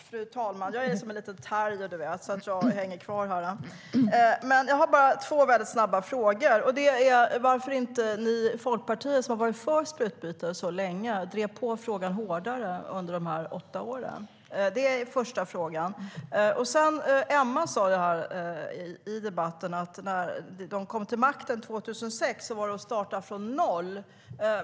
Fru talman! Jag har bara två snabba frågor. Den ena är varför inte ni i Folkpartiet, som har varit för sprututbyte så länge, drev frågan hårdare under de åtta åren. Det är första frågan. Emma Henriksson sa i debatten att när de kom till makten 2006 var det att starta från noll.